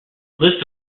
list